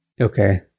Okay